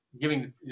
giving